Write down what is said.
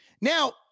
Now